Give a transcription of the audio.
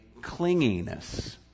clinginess